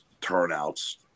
turnouts